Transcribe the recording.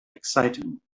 exciting